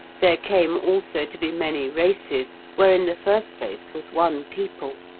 there came also to be many races where in the first place was one people.